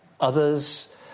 others